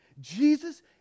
Jesus